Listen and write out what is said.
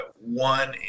one